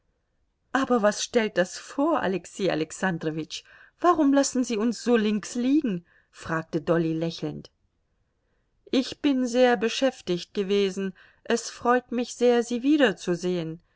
aber was stellt das vor alexei alexandrowitsch warum lassen sie uns so links liegen fragte dolly lächelnd ich bin sehr beschäftigt gewesen es freut mich sehr sie wiederzusehen